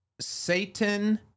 Satan